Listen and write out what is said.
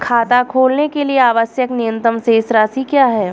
खाता खोलने के लिए आवश्यक न्यूनतम शेष राशि क्या है?